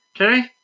Okay